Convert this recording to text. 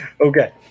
Okay